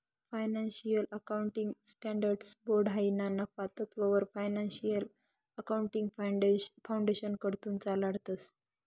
financial accounting standards board हायी ना नफा तत्ववर फायनान्शियल अकाउंटिंग फाउंडेशनकडथून चालाडतंस